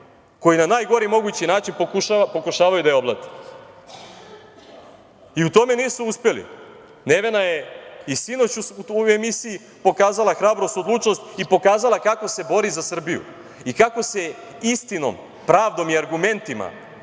koji na najgori mogući način pokušavaju da je oblate. U tome nisu uspeli. Nevena je i sinoć u emisiji pokazala hrabrost, odlučnost i pokazala kako se bori za Srbiju i kako se istinom, pravdom i argumentima